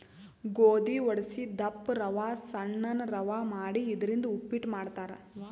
ಗೋಧಿ ವಡಸಿ ದಪ್ಪ ರವಾ ಸಣ್ಣನ್ ರವಾ ಮಾಡಿ ಇದರಿಂದ ಉಪ್ಪಿಟ್ ಮಾಡ್ತಾರ್